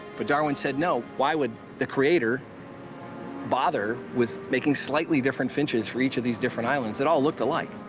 but darwin said no. why would the creator bother with making slightly different finches for each of these different islands that all looked alike?